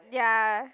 ya